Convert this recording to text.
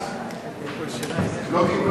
לרשותך שלוש דקות.